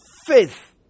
faith